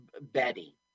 Betty